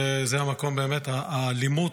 זה המקום, באמת, האלימות,